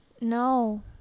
No